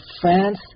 France